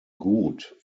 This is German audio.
gut